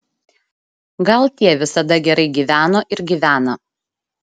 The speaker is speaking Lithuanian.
gal tie visada gerai gyveno ir gyvena